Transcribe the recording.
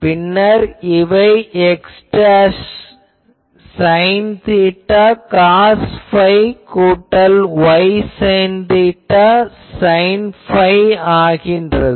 பின்னர் இவை x sine theta cos phi கூட்டல் y sine theta sine phi ஆகிறது